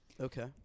Okay